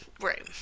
Right